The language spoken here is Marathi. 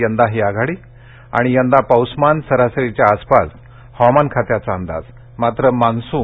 यंदाही आघाडी आणि यंदा पाऊसमान सरासरीच्या आसपास हवामान खात्याचा अंदाज मात्र मान्सून